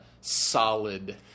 solid